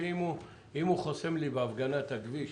שאם הוא חוסם לי בהפגנה את הכביש,